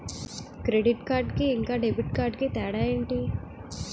Credit card కి ఇంకా debit card కి తేడా ఏంటి?